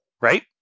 right